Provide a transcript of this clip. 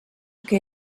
que